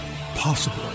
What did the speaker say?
possible